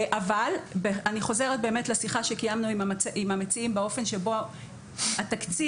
אני חוזרת לשיחה שקיימנו עם המציעים באופן שבו התקציב,